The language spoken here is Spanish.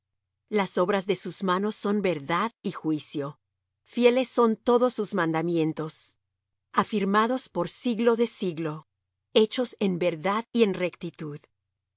las obras de sus manos son verdad y juicio fieles son todos sus mandamientos afirmados por siglo de siglo hechos en verdad y en rectitud